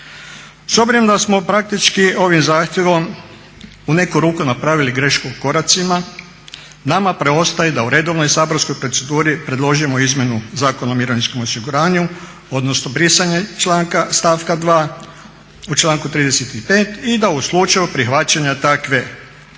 S obzirom da smo praktički ovim zahtjevom u neku ruku napravili grešku u koracima, nama preostaje da u redovnoj saborskoj proceduri predložimo izmjenu Zakona o mirovinskom osiguranju odnosno brisanje stavka 2. u članku 35.i da u slučaju prihvaćanja takve izmjene